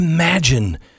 Imagine